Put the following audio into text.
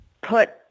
put